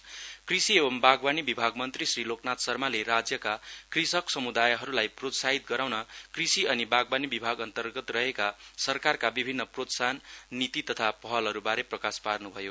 L N Sharma कृषि एंव बागवानी विभाग मन्त्री श्री लोकनाथ शर्माले राज्यका कृषक सम्दायहरूलाई प्रोत्साहित गराउन कृषि अनि बागवानी विभाग अन्तर्गत रहेका सरकारका विभिन्न प्रोत्साहन निती तथा पहलहरूबारे प्रकाश पार्न्भयो